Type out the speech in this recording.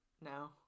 no